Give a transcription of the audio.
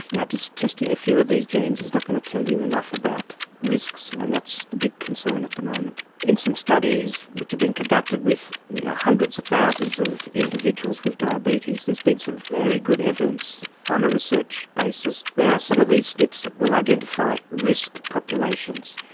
now just testing a few of these genes is not going to tell you enough about risks and that's the big concern at the moment. in some studies which have been conducted with hundreds of thousands of individuals with diabetes, there's been some very good evidence on a research basis that there are some of these snps that will identify risk populations.